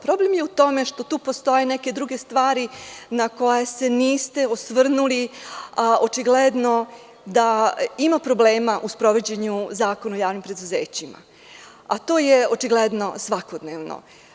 Problem je u tome što tu postoje neke druge stvari na koje se niste osvrnuli, a očigledno da ima problema u sprovođenju Zakona o javnim preduzećima, a to je očigledno svakodnevno.